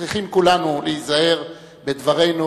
צריכים כולנו להיזהר בדברינו,